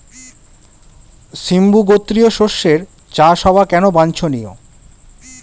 সিম্বু গোত্রীয় শস্যের চাষ হওয়া কেন বাঞ্ছনীয়?